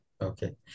Okay